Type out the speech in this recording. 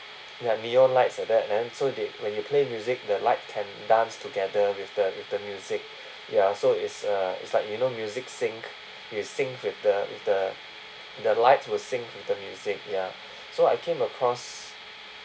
ya neon lights like that then so they when you play music the light can dance together with the with the music ya so is a it's like you know music sync it sync with the with the the lights will sync with the music ya so I came across